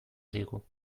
digu